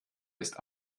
ist